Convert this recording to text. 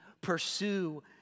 pursue